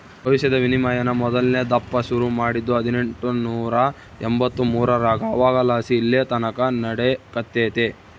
ಭವಿಷ್ಯದ ವಿನಿಮಯಾನ ಮೊದಲ್ನೇ ದಪ್ಪ ಶುರು ಮಾಡಿದ್ದು ಹದಿನೆಂಟುನೂರ ಎಂಬಂತ್ತು ಮೂರರಾಗ ಅವಾಗಲಾಸಿ ಇಲ್ಲೆತಕನ ನಡೆಕತ್ತೆತೆ